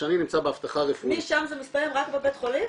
כשאני נמצא באבטחה רפואית --- משם זה מסתיים רק בבית החולים,